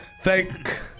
Thank